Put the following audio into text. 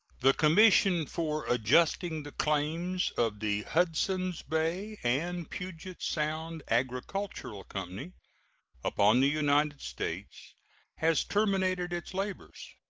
the commission for adjusting the claims of the hudsons bay and puget sound agricultural company upon the united states has terminated its labors.